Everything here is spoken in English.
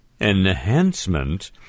enhancement